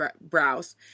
brows